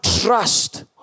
trust